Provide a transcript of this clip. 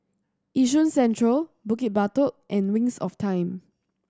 Yishun Central Bukit Batok and Wings of Time